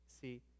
See